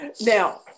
Now